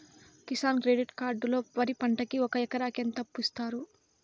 Kisan credit card లో వరి పంటకి ఒక ఎకరాకి ఎంత అప్పు ఇస్తారు?